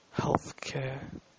healthcare